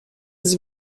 sie